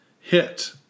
Hit